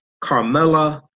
Carmela